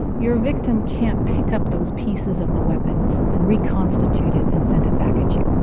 your victim can't pick up those pieces of the weapon and reconstitute it and send it back at you.